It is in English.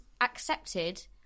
accepted